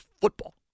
football